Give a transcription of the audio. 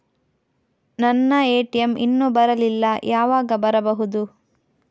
ನನ್ನ ಎ.ಟಿ.ಎಂ ಇನ್ನು ಬರಲಿಲ್ಲ, ಯಾವಾಗ ಬರಬಹುದು?